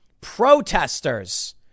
Protesters